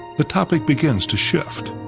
the topic begins to shift.